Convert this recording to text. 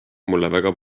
väga